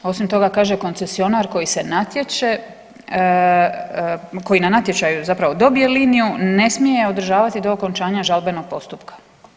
A osim toga kaže koncesionar koji se natječe, koji na natječaju zapravo dobije liniju ne smije je održavati do okončanja žalbenog postupka.